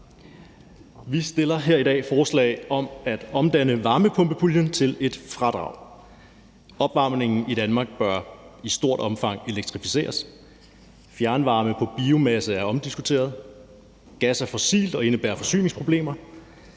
Vi fremsætter her i dag forslag om at omdanne varmepumpepuljen til en fradragsordning. Opvarmningen i Danmark bør i stort omfang elektrificeres; fjernvarme på biomasse er omdiskuteret; gas er fossilt og indebærer forsyningsproblemer;